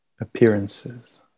appearances